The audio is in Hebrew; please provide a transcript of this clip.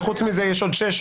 וחוץ מזה יש שש,